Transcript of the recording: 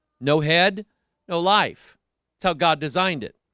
no head no life how god designed it